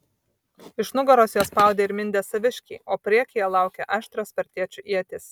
iš nugaros juos spaudė ir mindė saviškiai o priekyje laukė aštrios spartiečių ietys